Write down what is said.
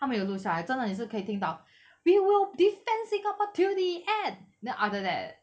他们有录下来真的也是可以听到 we will defend singapore till the end then after that